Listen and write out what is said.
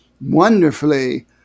wonderfully